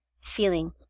feeling